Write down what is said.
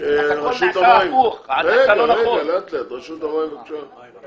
הכול נעשה הפוך, נעשה לא נכון.